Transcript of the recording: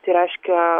tai reiškia